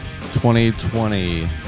2020